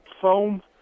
foam